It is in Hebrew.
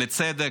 לצדק,